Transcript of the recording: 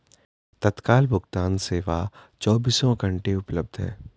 तत्काल भुगतान सेवा चोबीसों घंटे उपलब्ध है